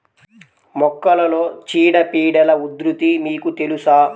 మొక్కలలో చీడపీడల ఉధృతి మీకు తెలుసా?